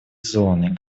зоны